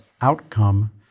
outcome